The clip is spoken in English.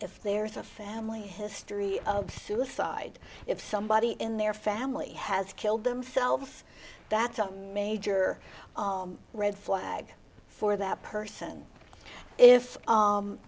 if there's a family history of suicide if somebody in their family has killed themselves that's a major red flag for that person if